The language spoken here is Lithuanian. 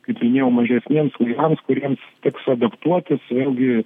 kaip minėjau mažesniems laivams kuriems teks adaptuotis vėlgi